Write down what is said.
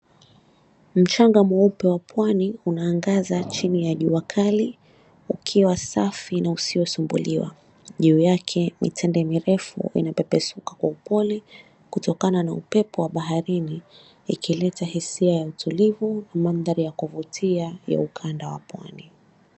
Mchanga mweupe wa pwani unaangaza chini ya jua kali ukiwa safi na usiosumbuliwa. Juu yake mitende mirefu inapepesuka kwa upole kutokana na upepo wa baharini, ikileta hisia ya utulivu na maandhari ya kuvutia ya ukanda wa pwani.